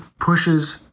pushes